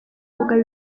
kugaba